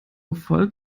voll